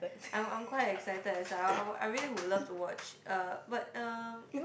I'm I'm quite excited as well I would I really would love to watch uh but uh